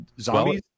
zombies